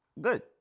Good